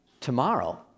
tomorrow